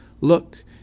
Look